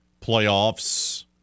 playoffs